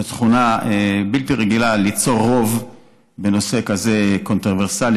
זו תכונה בלתי רגילה ליצור רוב בנושא כזה קונטרוברסלי,